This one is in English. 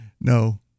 No